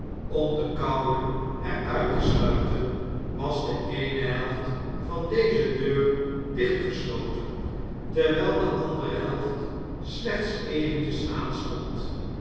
om de koude er irit te sluiten was de e'e'ne helft van deze deur dichtgesloten terwfll de andere helft slechts eventjes aanstond